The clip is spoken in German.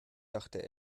dachte